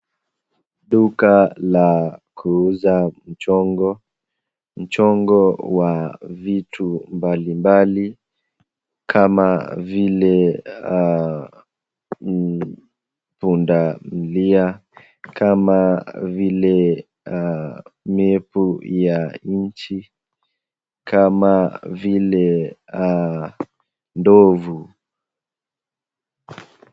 Duka la kuuza mchongo, mchongo wa vitu mbalimbali kama vile, punda milia, kama vile mepu ya nchi, kama vile ndovu.